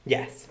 Yes